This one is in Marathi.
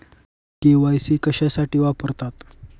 के.वाय.सी कशासाठी वापरतात?